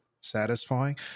satisfying